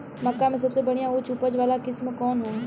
मक्का में सबसे बढ़िया उच्च उपज वाला किस्म कौन ह?